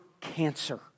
cancer